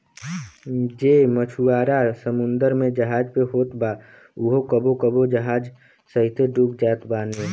जे मछुआरा समुंदर में जहाज पे होत बा उहो कबो कबो जहाज सहिते डूब जात बाने